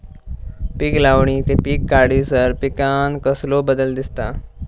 पीक लावणी ते पीक काढीसर पिकांत कसलो बदल दिसता?